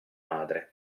madre